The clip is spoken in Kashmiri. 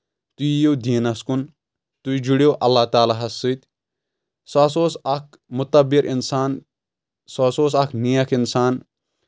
تُہۍ یِیِو دیٖنس کُن تُہۍ جُڑیو اللہ تعالیٰ ہس سۭتۍ سُہ ہسا اوس اکھ مُتبر انسان سُہ ہسا اوس اکھ نیکھ اِنسان